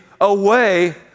away